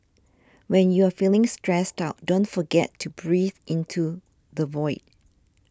when you are feeling stressed out don't forget to breathe into the void